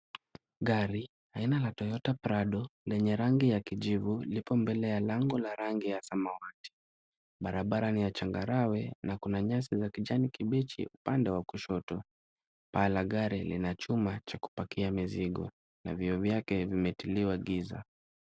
Gari aina la Toyota Prado lenye rangi ya kijivu, lipo mbele ya lango la rangi ya samawati. Barabara ni ya changarawe, na kuna nyasi za kijani kibichi upande wa kushoto. Paa la gari lina chuma cha kupakia mizigo, na vioo vyake vimetiliwa giza.